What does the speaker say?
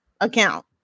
account